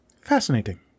Fascinating